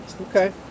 Okay